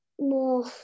more